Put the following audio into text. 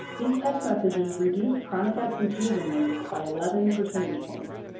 these text messages reduced chronic absenteeism rates by eleven percentage points.